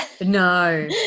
no